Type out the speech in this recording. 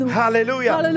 hallelujah